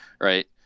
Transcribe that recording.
right